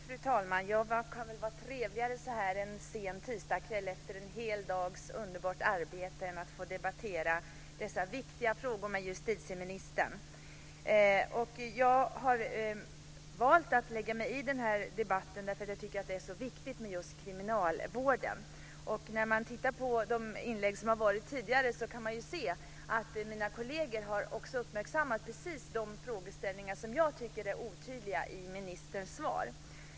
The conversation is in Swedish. Fru talman! Vad kan väl vara trevligare så här en sen tisdagskväll efter en hel dags underbart arbete än att få debattera dessa viktiga frågor med justitieministern? Jag har valt att lägga mig i den här debatten eftersom jag tycker att det är så viktigt med just kriminalvården. När man tittar på de inlägg som har varit tidigare kan man ju se att mina kolleger har uppmärksammat precis de frågeställningar som också jag tycker är otydliga i ministerns svar.